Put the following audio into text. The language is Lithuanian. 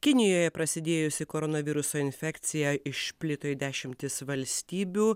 kinijoje prasidėjusi koronaviruso infekcija išplito į dešimtis valstybių